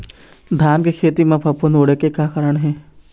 धान के खेती म फफूंद उड़े के का कारण हे?